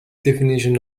definition